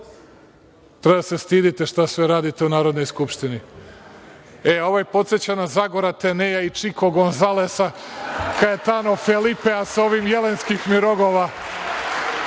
Treba da se stidite šta sve radite u Narodnoj skupštini. E, ovaj podseća na Zagora, Te-Neja i Čiko Gonzalesa, Kajatano Felipea sa ovim „jelenskih mi